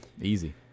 Easy